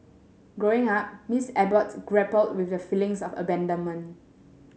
Growing Up Miss Abbott grappled with a feelings of abandonment